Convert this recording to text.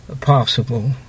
possible